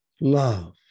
Love